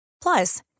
Plus